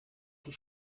die